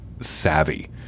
savvy